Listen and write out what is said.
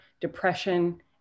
depression